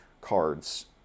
cards